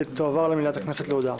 ותועבר להודעה במליאת הכנסת.